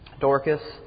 Dorcas